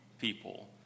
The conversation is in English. people